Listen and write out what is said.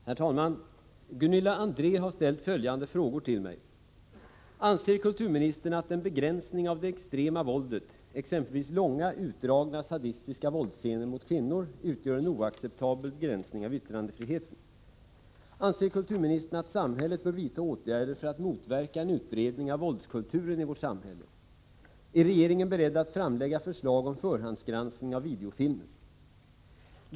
Herr talman! Gunilla André har ställt följande frågor till mig: 1. Anser kulturministern att en begränsning av det extrema våldet, exempelvis långa, utdragna sadistiska våldsscener mot kvinnor, utgör en oacceptabel begränsning av yttrandefriheten? 2. Anser kulturministern att samhället bör vidta åtgärder för att motverka en utbredning av våldskulturen i vårt samhälle? 3. Är regeringen beredd att framlägga förslag om förhandsgranskning av videofilmer?